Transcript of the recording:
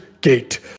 Gate